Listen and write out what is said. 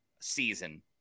season